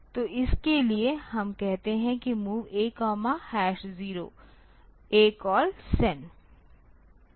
तो इसके लिए हम कहते हैं कि MOV AO ACALL सेंड